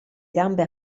gambe